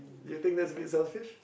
you think that's a bit selfish